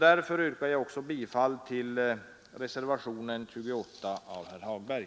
Därför yrkar också jag bifall till reservationen 28 av herr Hagberg.